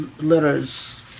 letters